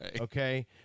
okay